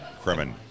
Kremen